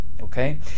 Okay